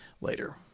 later